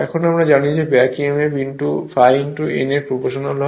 এখন আমরা জানি যে ব্যাক Emf ∅ n এর প্রপ্রোশনাল হয়